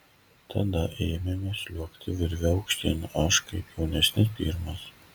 tada ėmėme sliuogti virve aukštyn aš kaip jaunesnis pirmas